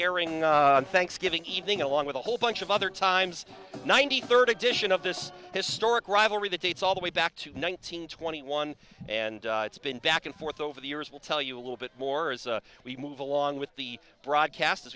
airing on thanksgiving evening along with a whole bunch of other times ninety third edition of this historic rivalry that dates all the way back to one thousand nine hundred twenty one and it's been back and forth over the years we'll tell you a little bit more as we move along with the broadcast as